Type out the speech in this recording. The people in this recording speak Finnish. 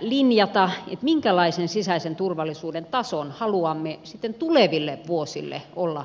linjata minkälaisen sisäisen turvallisuuden tason haluamme sitten tuleville vuosille olla turvaamassa